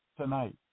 tonight